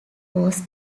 was